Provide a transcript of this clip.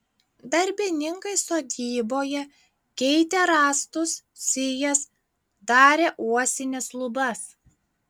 darbininkai sodyboje keitė rąstus sijas darė uosines lubas